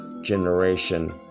generation